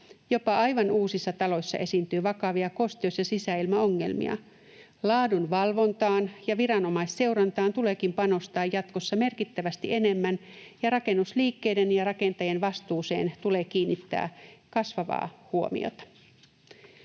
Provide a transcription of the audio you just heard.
Jopa aivan uusissa taloissa esiintyy vakavia kosteus- ja sisäilmaongelmia. Laadunvalvontaan ja viranomaisseurantaan tuleekin panostaa jatkossa merkittävästi enemmän, ja rakennusliikkeiden ja rakentajien vastuuseen tulee kiinnittää kasvavaa huomiota.